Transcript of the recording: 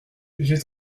j’ai